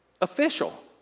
official